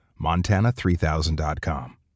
Montana3000.com